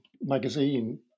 magazine